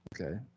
okay